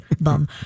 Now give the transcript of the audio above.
bum